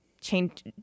change